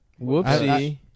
Whoopsie